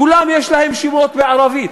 כולם יש להם שמות בערבית.